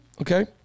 Okay